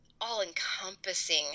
all-encompassing